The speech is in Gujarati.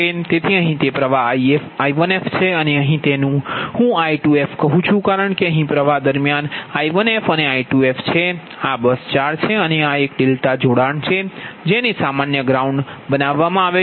તેથી અહીં તે પ્ર્વાહ I1f છે અને અહીં તેને હુ I2f કહું છું કારણ કે અહીં પ્રવાહ દરમિયાન I1f અને I2f છે અને આ બસ 4 છે અને આ એક ડેલ્ટા જોડાણ છે જેને સામાન્ય ગ્રાઉન્ડ બનાવવામાં આવે છે